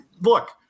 look